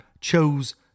chose